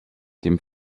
dem